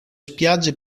spiagge